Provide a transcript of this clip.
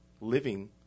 living